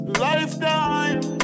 lifetime